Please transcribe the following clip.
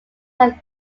have